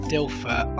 Dilfer